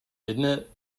innit